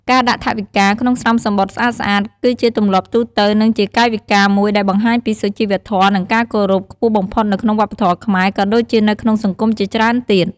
ការដាក់ថវិកាក្នុង ស្រោមសំបុត្រស្អាតៗ គឺជា ទម្លាប់ទូទៅ និងជាកាយវិការមួយដែលបង្ហាញពី សុជីវធម៌ និងការគោរព ខ្ពស់បំផុតនៅក្នុងវប្បធម៌ខ្មែរ ក៏ដូចជានៅក្នុងសង្គមជាច្រើនទៀត។